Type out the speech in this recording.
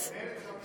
עודף מרץ.